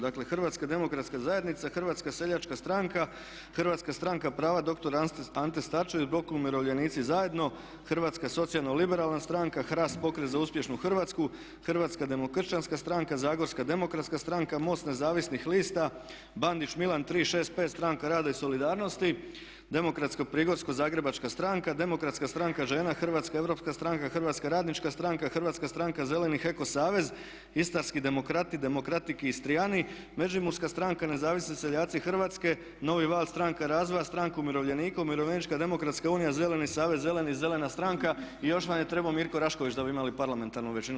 Dakle Hrvatska demokratska zajednica, Hrvatska seljačka stranka, Hrvatska stranka prava dr. Ante Starčević, Blok umirovljenici zajedno, Hrvatska socijalno-liberalna stranka, HRAST pokret za uspješnu Hrvatsku, Hrvatska demokršćanska stranka, Zagorska demokratska stranka, MOST nezavisnih lista, Bandić Milan 365, Stranka rada i solidarnosti, Demokratska prigorsko-zagrebačka stranka, Demokratska stranka žena, Hrvatska europska stranka, Hrvatska radnička stranka, Hrvatska stranka zelenih - Eko savez, Istarski demokrati Demokratik Istriani, Međimurska stranka, Nezavisni seljaci Hrvatske, Novi val, Stranka razvoja, Stranka umirovljenika, Umirovljenička demokratska unija, Zeleni savez Zeleni Zelena stranka i još vam je trebao Mirko Rašković da bi imali parlamentarnu većinu.